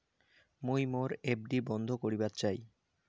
মুই মোর এফ.ডি বন্ধ করিবার চাই